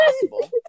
possible